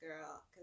girl